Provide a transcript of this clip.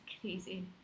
crazy